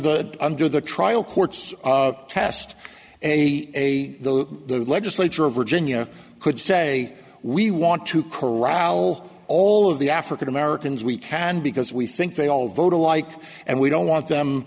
the under the trial court's test a the legislature of virginia could say say we want to corral all of the african americans we can because we think they all voted alike and we don't want them